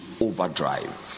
overdrive